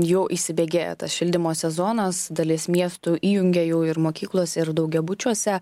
jau įsibėgėja šildymo sezonas dalis miestų įjungė jau ir mokyklose ir daugiabučiuose